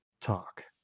talk